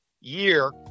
year